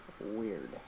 weird